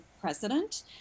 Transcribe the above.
president